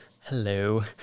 Hello